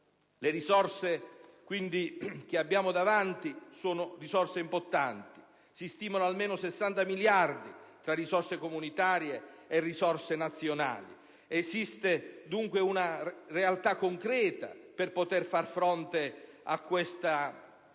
le risorse che abbiamo davanti sono importanti: si stimano almeno 60 miliardi di euro tra risorse comunitarie e risorse nazionali. Esiste quindi una realtà concreta per far fronte a questa esigenza.